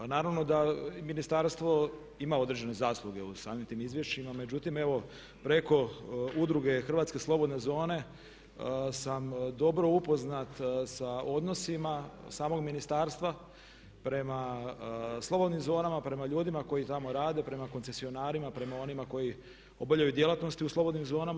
Naravno da ministarstvo ima određene zasluge u samim tim izvješćima, međutim evo preko udruge „Hrvatske slobodne zone“ sam dobro upoznat sa odnosima samog ministarstva, prema slobodnim zonama, prema ljudima koji tamo rade, prema koncesionarima, prema onima koji obavljaju djelatnosti u slobodnim zonama.